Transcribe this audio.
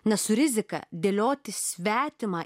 na su rizika dėlioti svetimą